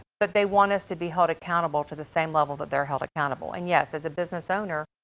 but they want us to be held accountable to the same level that they're held accountable. and yes, as a business owner,